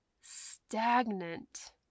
stagnant